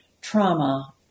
trauma